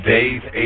Dave